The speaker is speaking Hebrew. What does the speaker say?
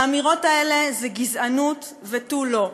האמירות האלה זה גזענות ותו לא.